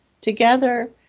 together